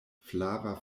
flava